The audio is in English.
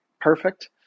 Perfect